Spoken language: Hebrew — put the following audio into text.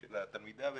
של התלמידה.